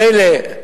מילא,